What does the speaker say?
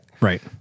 Right